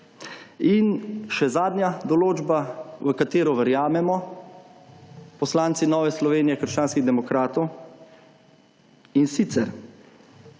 In še zadnja določba v katero verjamemo poslanci Nove Slovenije – krščanskih demokratov in sicer,